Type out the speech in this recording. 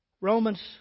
Romans